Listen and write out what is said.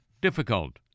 difficult